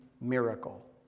miracle